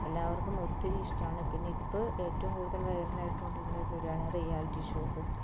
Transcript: എല്ലാവർക്കും ഒത്തിരി ഇഷ്ട്ടമാണ് പിന്നെ ഇപ്പോൾ ഏറ്റവും കൂടുതൽ വൈറൽ ആയിട്ടുണ്ടായിരുന്ന റിയാലിറ്റി ഷോസ്